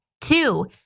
Two